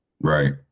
Right